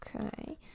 Okay